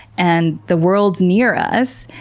and the worlds near us,